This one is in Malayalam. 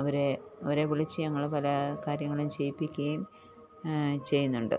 അവരെ അവരെ വിളിച്ച് ഞങ്ങൾ പല കാര്യങ്ങളും ചെയ്യിപ്പിക്കുകയും ചെയ്യുന്നുണ്ട്